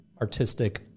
artistic